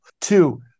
Two